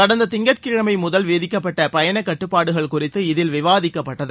கடந்த திங்கட் கிழமை முதல் விதிக்கப்பட்ட பயண கட்டுப்பாடுகள் இதில் குறித்து விவாதிக்கப்பட்டது